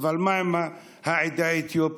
אבל מה עם העדה האתיופית,